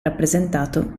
rappresentato